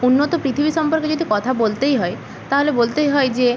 উন্নত পৃথিবী সম্পর্কে যদি কথা বলতেই হয় তাহলে বলতেই হয় যে